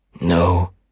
No